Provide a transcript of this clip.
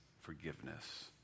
forgiveness